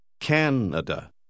Canada